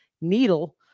needle